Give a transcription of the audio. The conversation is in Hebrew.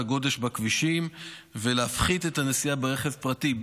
הגודש בכבישים ולהפחית את הנסיעה ברכב פרטי,